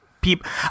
people